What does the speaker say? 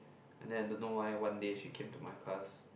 and then I don't know why one day she came to my class